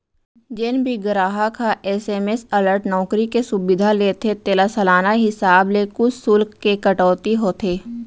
जेन भी गराहक ह एस.एम.एस अलर्ट नउकरी के सुबिधा लेथे तेला सालाना हिसाब ले कुछ सुल्क के कटौती होथे